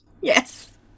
yes